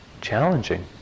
challenging